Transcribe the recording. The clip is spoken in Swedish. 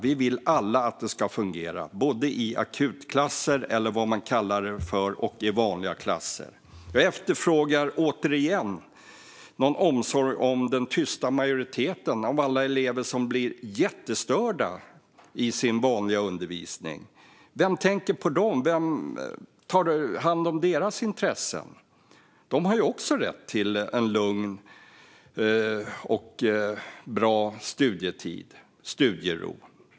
Vi vill alla att det ska fungera, både i akutklasser eller vad man nu kallar det och i vanliga klasser. Jag efterfrågar återigen omsorg om den tysta majoriteten, om alla elever som blir jättestörda i sin vanliga undervisning. Vem tänker på dem? Vem tar hand om deras intressen? De har ju också rätt till en lugn och bra studietid och till studiero.